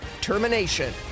TERMINATION